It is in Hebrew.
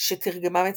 שתרגמה מצרפתית,